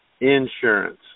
insurance